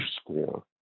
score